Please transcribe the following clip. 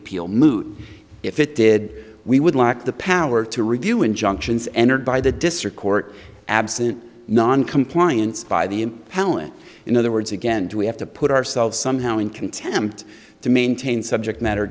appeal moot if it did we would lack the power to review injunctions entered by the district court absent noncompliance by the in pallant in other words again do we have to put ourselves somehow in contempt to maintain subject matter